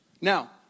Now